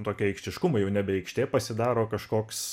tokį aikštiškumą jau nebe aikštė pasidaro o kažkoks